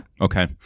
Okay